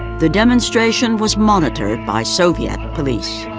the demonstration was monitored by soviet police.